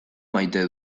maite